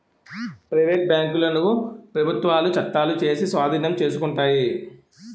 private బ్యాంకులను ప్రభుత్వాలు చట్టాలు చేసి స్వాధీనం చేసుకుంటాయి